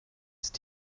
ist